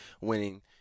winning